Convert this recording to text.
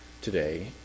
today